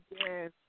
Yes